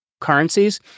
currencies